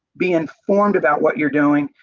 be informed about what you are doing,